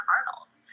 Arnold